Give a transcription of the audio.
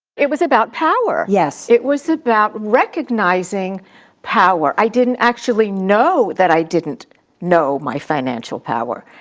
it was about power. yes. it was about recognizing power. i didn't actually know that i didn't know my financial power.